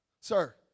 Sir